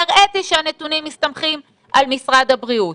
והראיתי שהנתונים מסתמכים על משרד הבריאות.